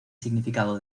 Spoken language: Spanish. significado